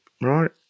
right